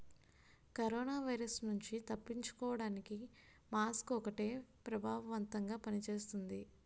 corona virus నుండి తప్పించుకోడానికి mask ఒక్కటే ప్రభావవంతంగా పని చేస్తుంది